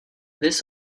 this